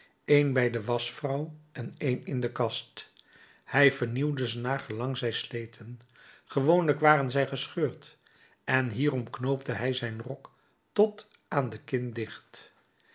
een bij de waschvrouw en een in de kast hij vernieuwde ze naar gelang zij sleten gewoonlijk waren zij gescheurd en hierom knoopte hij zijn rok tot aan de kin dicht